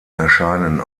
erscheinen